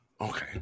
Okay